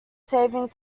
saving